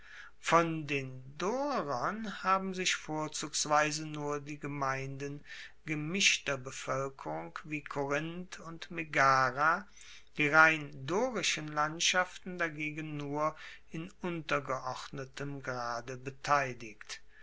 von den dorern haben sich vorzugsweise nur die gemeinden gemischter bevoelkerung wie korinth und megara die rein dorischen landschaften dagegen nur in untergeordnetem grade beteiligt